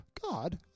God